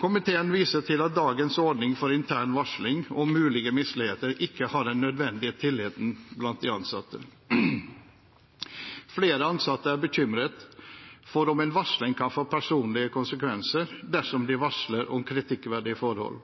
Komiteen viser til at dagens ordning for intern varsling om mulige misligheter ikke har den nødvendige tilliten blant de ansatte. Flere ansatte er bekymret for om en varsling kan få personlige konsekvenser dersom de varsler om kritikkverdige forhold.